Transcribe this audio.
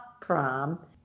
prom